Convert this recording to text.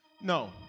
No